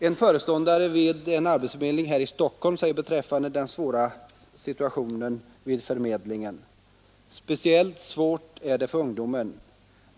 En föreståndare vid en arbetsförmedling här i Stockholm säger beträffande den svåra situationen vid förmedlingen: ”Speciellt svårt är det för ungdomen.